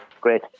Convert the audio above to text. Great